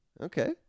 Okay